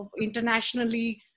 internationally